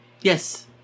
Yes